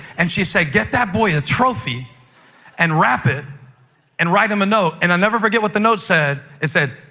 and she said, get that boy a trophy and wrap it and write him a note. and i'll never forget what the note said. it said,